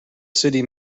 city